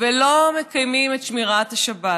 ולא מקיימים את שמירת השבת.